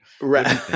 Right